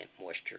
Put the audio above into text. moisture